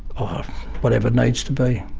whatever it needs to be,